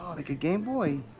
like a game boy?